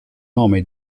nome